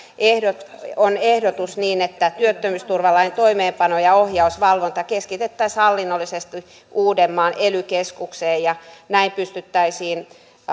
on ehdotus että työttömyysturvalain toimeenpano ja ohjaus valvonta keskitettäisiin hallinnollisesti uudenmaan ely keskukseen näin pystyttäisiin